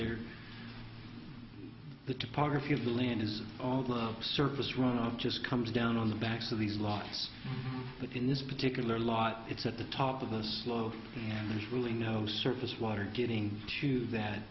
are the topography of the land is all the surface run of just comes down on the backs of these logs but in this particular lot it's at the top of the slope and there's really no surface water getting to that